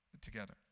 together